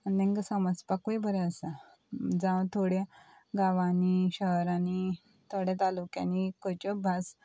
आनी तेंकां समजपाकूय बरें आसा जावं थोड्या गांवांनी शहरांनी थोड्या तालुक्यांनी खंयच्यो भास